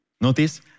notice